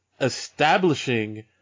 establishing